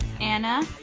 Anna